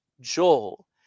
Joel